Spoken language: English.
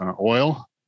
oil